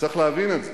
אחרי שנתיים,